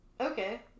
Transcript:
okay